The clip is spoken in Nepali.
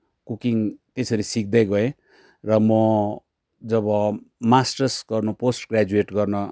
कुकिङ त्यसरी सिक्दै गएँ र म जब मास्टर्स गर्नु पोस्ट ग्रेजुएट गर्न